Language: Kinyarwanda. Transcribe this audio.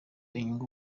inyungu